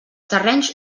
terrenys